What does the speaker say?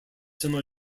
similar